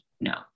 no